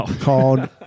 called